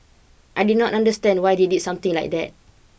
I did not understand why did they something like that